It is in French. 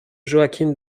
joachim